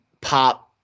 pop